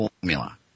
formula